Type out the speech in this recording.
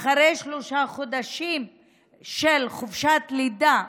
שאחרי שלושה חודשים של חופשת לידה,